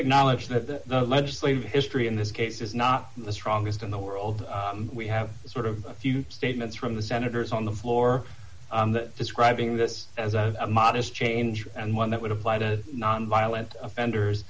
acknowledge that the legislative history in this case is not the strongest in the world we have sort of a few statements from the senators on the floor describing this as a modest change and one that would apply to nonviolent offenders